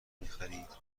میخرید